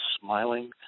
smiling